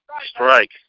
strike